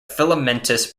filamentous